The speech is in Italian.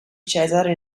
cesare